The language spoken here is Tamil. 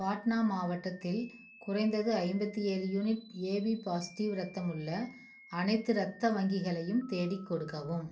பாட்னா மாவட்டத்தில் குறைந்தது ஐம்பத்தேழு யூனிட் ஏபி பாசிட்டிவ் ரத்தம் உள்ள அனைத்து ரத்த வங்கிகளையும் தேடிக் கொடுக்கவும்